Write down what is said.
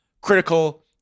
critical